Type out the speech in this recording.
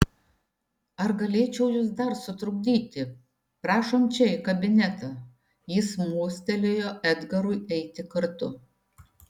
ar galėčiau jus dar sutrukdyti prašom čia į kabinetą jis mostelėjo edgarui eiti kartu